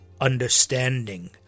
understanding